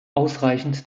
ausreichend